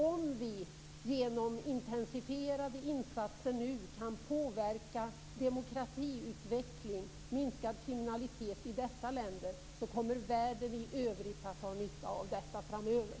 Om vi genom intensifierade insatser nu kan påverka demokratiutvecklingen och kriminaliteten i dessa länder kommer världen i övrigt att få nytta av det framöver.